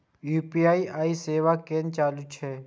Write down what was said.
UPI सेवा केना चालू है छै?